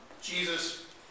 Jesus